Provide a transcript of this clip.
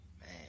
man